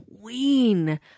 queen